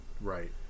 right